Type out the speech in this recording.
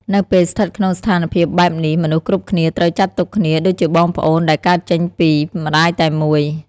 នៅពេលស្ថិតក្នុងស្ថានភាពបែបនេះ មនុស្សគ្រប់គ្នាត្រូវចាត់ទុកគ្នាដូចជាបងប្អូនដែលកើតចេញពី «ម្ដាយតែមួយ»។